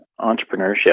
entrepreneurship